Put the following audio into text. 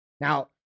Now